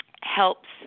helps